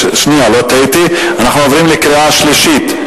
אנחנו עוברים לקריאה שלישית,